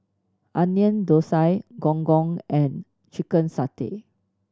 Onion Thosai Gong Gong and chicken satay